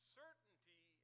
certainty